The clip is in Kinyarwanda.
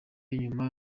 inyuma